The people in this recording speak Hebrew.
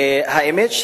האמת,